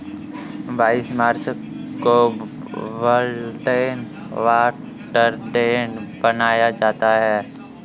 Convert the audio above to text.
बाईस मार्च को वर्ल्ड वाटर डे मनाया जाता है